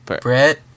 Brett